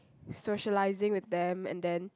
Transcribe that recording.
socializing with them and then